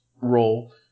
role